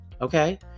Okay